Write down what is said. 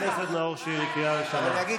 חבר הכנסת נאור שירי, קריאה ראשונה.